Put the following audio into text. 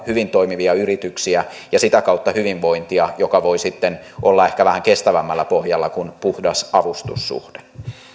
hyvin toimivia yrityksiä ja sitä kautta hyvinvointia joka voi sitten olla ehkä vähän kestävämmällä pohjalla kuin puhdas avustussuhde